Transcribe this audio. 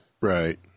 Right